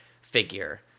figure